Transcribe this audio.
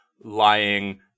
lying